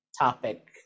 topic